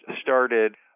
started